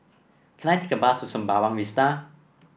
can I take a bus to Sembawang Vista